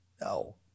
No